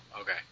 okay